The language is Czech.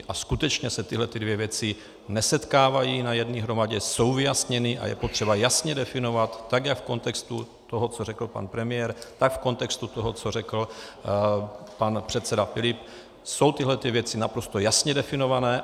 A skutečně se tyhlety dvě věci nesetkávají na jedné hromadě, jsou vyjasněny a je potřeba jasně definovat tak, jak v kontextu toho, co řekl pan premiér, tak v kontextu toho, co řekl pan předseda Filip, jsou tyhlety věci naprosto jasně definované.